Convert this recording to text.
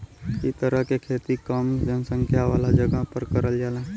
इ तरह के खेती कम जनसंख्या वाला जगह पर करल जाला